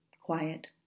quiet